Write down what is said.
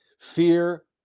Fear